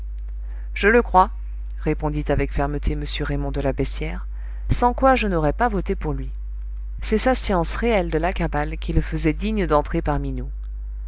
je le crois répondit avec fermeté m raymond de la beyssière sans quoi je n'aurais pas voté pour lui c'est sa science réelle de la kabbale qui le faisait digne d'entrer parmi nous